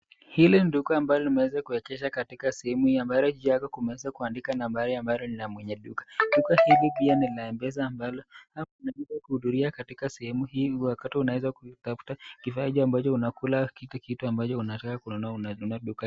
Hili ndio duka ambalo unaweza kuwekeza katika simu hii ambalo linaweza kumeweza kuandika nambari ambalo lina mwenye duka. Duka hili pia ni la mpesa ambalo unaweza kuhudhuria katika sehemu hii wakati unaweza kutafuta kifaaji ambacho unakula kitu kitu ambacho unataka kununua unanunua dukani.